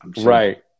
right